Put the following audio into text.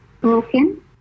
broken